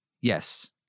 Yes